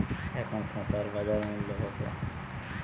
এখন শসার বাজার মূল্য কত?